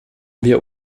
wir